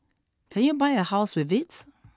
can you buy a house with it